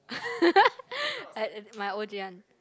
I I my o_j one